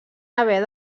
haver